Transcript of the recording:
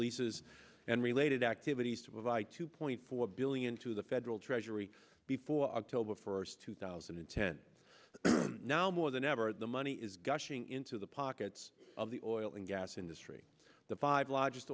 leases and related activities to provide two point four billion to the federal treasury before october first two thousand and ten now more than ever the money is gushing into the pockets of the oil and gas industry the five largest